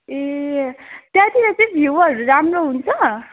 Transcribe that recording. ए त्यहाँतिर चाहिँ भ्यूहरू राम्रो हुन्छ